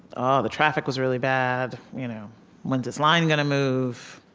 oh, the traffic was really bad. you know when's this line gonna move?